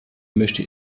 möchte